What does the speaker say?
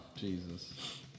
Jesus